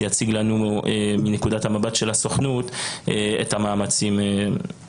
שיציג לנו את נקודת המבט של הסוכנות במאמצים -- שוב,